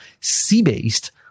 sea-based